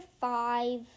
five